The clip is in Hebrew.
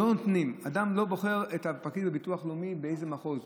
אדם לא בוחר את הפקיד בביטוח לאומי ובאיזה מחוז.